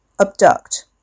Abduct